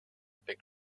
pek